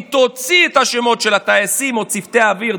היא תוציא את השמות של הטייסים או צוותי האוויר,